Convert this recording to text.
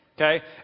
Okay